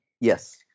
Yes